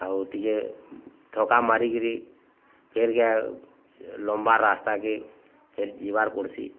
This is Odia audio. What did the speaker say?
ଆଉ ଟିକେ ଥକା ମାରିକିରି ଫେର୍ କେ ଲମ୍ବା ରାସ୍ତାକେ ଫେର୍ ଯିବାର୍ ପଡ଼ୁସି